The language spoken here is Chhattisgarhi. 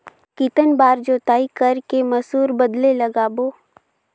कितन बार जोताई कर के मसूर बदले लगाबो?